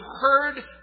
heard